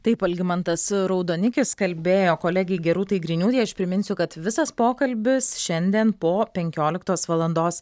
taip algimantas raudonikis kalbėjo kolegei gerūtai griniūtei aš priminsiu kad visas pokalbis šiandien po penkioliktos valandos